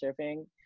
surfing